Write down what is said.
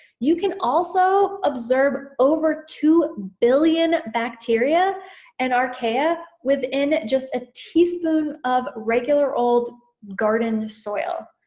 you can also observe over two billion bacteria and archaea within just a teaspoon of regular old garden soil.